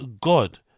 God